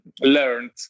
learned